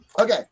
Okay